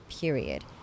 period